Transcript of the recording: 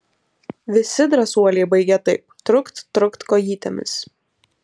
visi drąsuoliai baigia taip trukt trukt kojytėmis